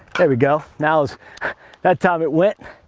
there we go. now that time it went.